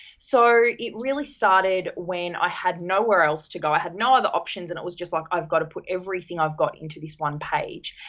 so, it really started when i had nowhere else to go, i had no other options and i was just like i've got to put everything i've got into this one page.